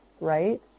right